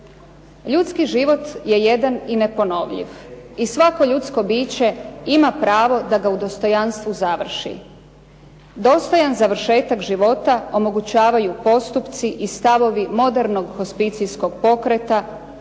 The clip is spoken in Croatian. Ljudski život je jedan i neponovljiv i svako ljudsko biće ima pravo da ga u dostojanstvu završi. Dostojan završetak života omogućavaju postupci i stavovi modernog hospicijskog pokreta